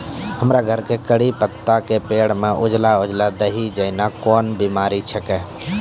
हमरो घर के कढ़ी पत्ता के पेड़ म उजला उजला दही जेना कोन बिमारी छेकै?